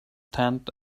tent